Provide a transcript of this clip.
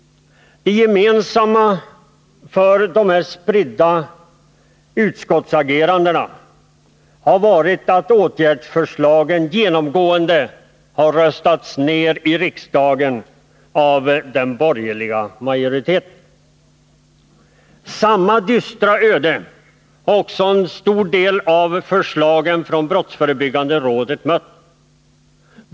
Det gemensamma för dessa spridda utskottsageranden har varit att åtgärdsförslagen genomgående har röstats ned av den borgerliga majoriteten i riksdagen. Samma dystra öde har också en stor del av förslagen från Brottsförebyggande rådet mött.